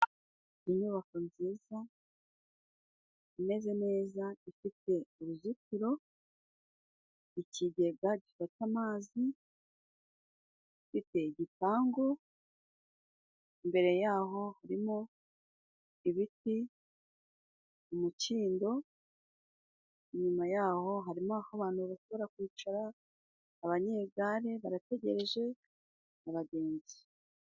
Inyubako nziza, imeze neza ifite uruzitiro, ikigega gifata amazi, ifite igipangu. Imbere yaho haririmo ibiti umukindo. Inyuma yaho hari abantu bashobora kwicara, abanyegare barategereje abagenzi.